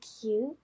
cute